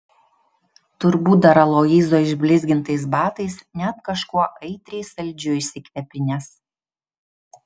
turbūt dar aloyzo išblizgintais batais net kažkuo aitriai saldžiu išsikvepinęs